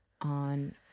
on